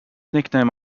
nickname